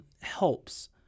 helps